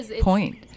point